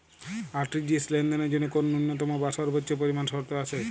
RTGS লেনদেনের জন্য কোন ন্যূনতম বা সর্বোচ্চ পরিমাণ শর্ত আছে?